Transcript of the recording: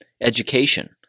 education